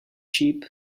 sheep